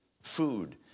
food